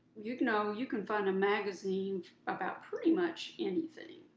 you know you can find a magazine about pretty much anything.